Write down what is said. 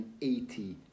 180